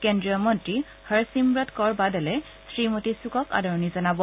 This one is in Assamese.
কেন্দ্ৰীয় মন্ত্ৰী হৰছিমৰাত কৌৰ বাদলে শ্ৰীমতী চুকক আদৰণি জনায়